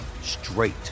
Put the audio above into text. straight